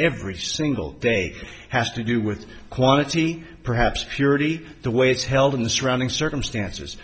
every single day has to do with quantity perhaps purity the way it's held in the surrounding circumstances